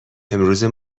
امروزه